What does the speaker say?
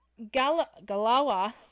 Galawa